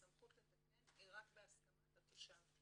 הסמכות לתקן היא רק בהסכמת התושב.